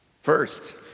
First